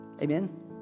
Amen